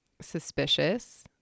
suspicious